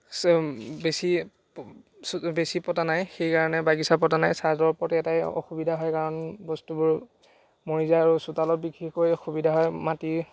চ বেছি বেছি পতা নাই সেইকাৰণে বাগিচা পতা নাই চাদৰ ওপৰত এটাই অসুবিধা হয় কাৰণ বস্তুবোৰ মৰি যায় আৰু চোতালত বিশেষকৈ সুবিধা হয় মাটি